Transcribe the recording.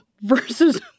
versus